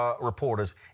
reporters